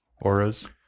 auras